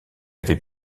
avait